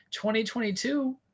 2022